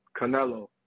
Canelo